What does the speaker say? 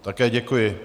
Také děkuji.